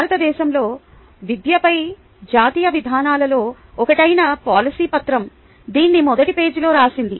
భారతదేశంలో విద్యపై జాతీయ విధానాలలో ఒకటైన పాలసీ పత్రం దీన్ని మొదటి పేజీలో రాసింది